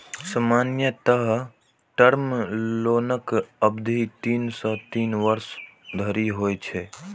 सामान्यतः टर्म लोनक अवधि तीन सं तीन वर्ष धरि होइ छै